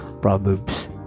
Proverbs